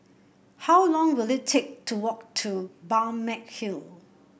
how long will it take to walk to Balmeg Hill